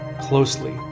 closely